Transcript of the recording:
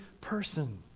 person